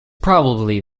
probably